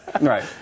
Right